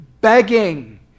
begging